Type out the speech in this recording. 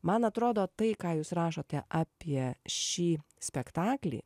man atrodo tai ką jūs rašote apie šį spektaklį